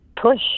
push